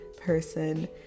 person